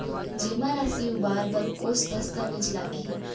जेमा राशि उबार बर कोस दस्तावेज़ लागही?